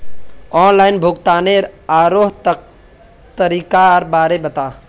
online भुग्तानेर आरोह तरीकार बारे बता